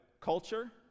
culture